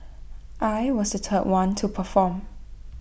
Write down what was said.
I was the third one to perform